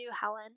Helen